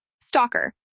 Stalker